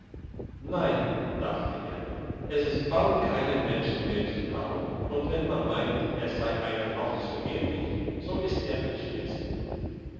nein dachte er es ist bald keinem menschen mehr zu trauen und wenn man meint es sei einer noch so ehrlich so ist er ein spitzbub